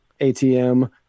ATM